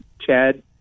Chad